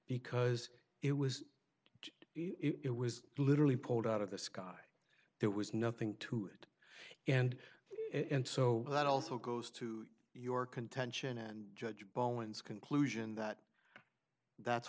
because it was it was literally pulled out of the sky there was nothing to it and and so that also goes to your contention and judge bowman's conclusion that that's